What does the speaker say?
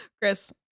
Chris